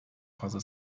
fazla